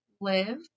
live